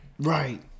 right